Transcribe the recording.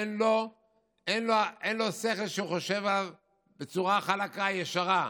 אין לו שכל שחושב בצורה חלקה, ישרה.